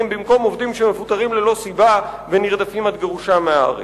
במקום עובדים שמפוטרים ללא סיבה ונרדפים עד גירושם מהארץ".